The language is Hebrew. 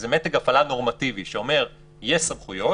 זה מתג הפעלה נורמטיבי שאומר: יש סמכויות,